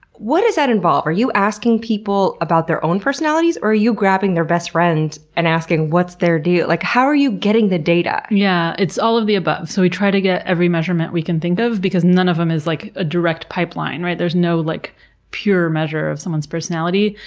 what does that involve? are you asking people about their own personalities, or are you grabbing their best friend and asking, what's their deal? like, how are you getting the data? yeah, yeah, it's all of the above. so, we try to get every measurement we can think of because none of them is like a direct pipeline, right? there's no like pure measure of someone's personality,